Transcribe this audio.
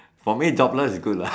for me jobless is good lah